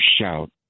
shout